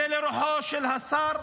זה לרוחו של השר.